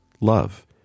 love